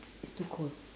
it's too cold